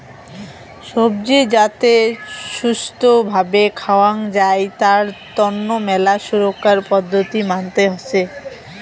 সবজি যাতে ছুস্থ্য ভাবে খাওয়াং যাই তার তন্ন মেলা সুরক্ষার পদ্ধতি মানতে হসে